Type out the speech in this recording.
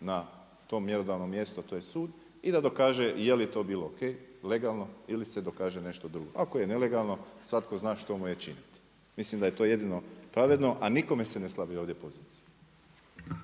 na to mjerodavno mjesto, a to je sud, i da dokaže je li to bilo ok, legalno ili se dokaže nešto drugo. Ako je nelegalno, svatko zna što mu je činiti. Mislim da je to jedino pravedno, a nikome se ne slabi ovdje pozicija.